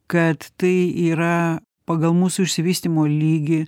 kad tai yra pagal mūsų išsivystymo lygį